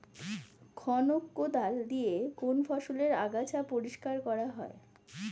খনক কোদাল দিয়ে কোন ফসলের আগাছা পরিষ্কার করা হয়?